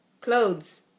clothes